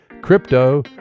Crypto